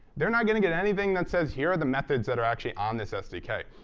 they're not going to get anything that says, here are the methods that are actually on this sdk.